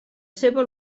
seva